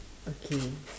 okay